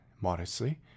modestly